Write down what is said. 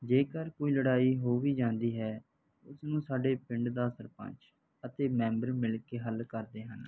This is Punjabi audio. ਜੇਕਰ ਕੋਈ ਲੜਾਈ ਹੋ ਵੀ ਜਾਂਦੀ ਹੈ ਉਸਨੂੰ ਸਾਡੇ ਪਿੰਡ ਦਾ ਸਰਪੰਚ ਅਤੇ ਮੈਂਬਰ ਮਿਲ ਕੇ ਹੱਲ ਕਰਦੇ ਹਨ